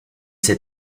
cet